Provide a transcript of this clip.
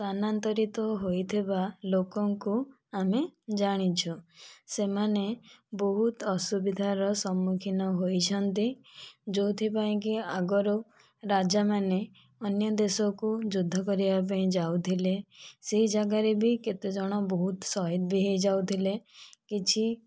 ସ୍ଥାନାନ୍ତରିତ ହୋଇଥିବା ଲୋକଙ୍କୁ ଆମେ ଜାଣିଛୁ ସେମାନେ ବହୁତ ଅସୁବିଧାର ସମ୍ମୁଖୀନ ହୋଇଛନ୍ତି ଯେଉଁଥିପାଇଁ ଆଗରୁ ରାଜା ମାନେ ଅନ୍ୟ ଦେଶକୁ ଯୁଦ୍ଧ କରିବା ପାଇଁ ଯାଉଥିଲେ ସେହି ଜାଗାରେ ବି କେତେଜଣ ବହୁତ ସହିଦ ବି ହୋଇଯାଉଥିଲେ କିଛି